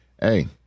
Hey